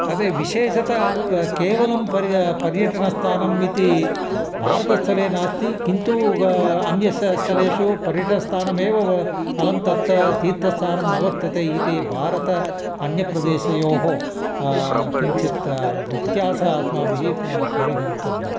अतः विशेषतः प केवलं परि पर्यटनस्थानम् इति भारतस्थले नास्ति किन्तु अन्य स स्थलेषु पर्यटनस्थानमेव व अलं तत् तीर्थस्तानं न वर्तते इति भारतस्य अन्यप्रदेशयोः किञ्चित् व्यत्यासः अस्माभिः परिगन्तव्यम्